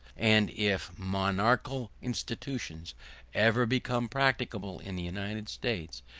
and if monarchical institutions ever become practicable in the united states,